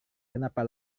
kenapa